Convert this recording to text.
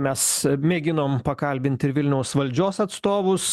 mes mėginom pakalbint ir vilniaus valdžios atstovus